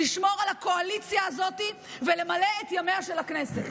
לשמור על הקואליציה הזאת ולמלא את ימיה של הכנסת.